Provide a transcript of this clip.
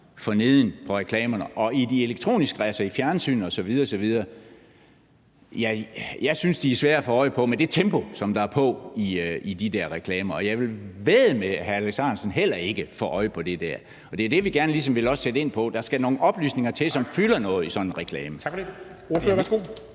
forneden på reklamerne, og i de elektroniske, altså i fjernsynet osv. osv., synes jeg de er svære at få øje på med det tempo, der er i de der reklamer, og jeg vil vædde med, at hr. Alex Ahrendtsen heller ikke får øje på det der. Det er det, vi ligesom også gerne vil sætte ind i forhold til, altså at der skal nogle oplysninger til, som fylder noget i sådan en reklame.